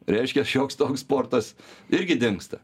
reiškia šioks toks sportas irgi dingsta